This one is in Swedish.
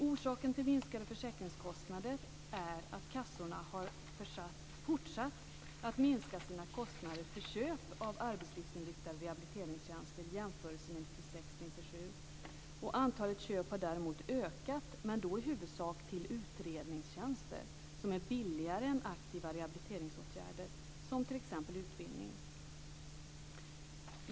Orsaken till de minskade försäkringskostnaderna är att kassorna har fortsatt att minska sina kostnader för köp av arbetslivsinriktade rehabiliteringstjänster i jämförelse med 1996/97. Antalet köp i stort har däremot ökat, men då har det i huvudsak handlat om utredningstjänster, som är billigare än aktiva rehabiliteringsåtgärder som t.ex.